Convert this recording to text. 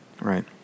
Right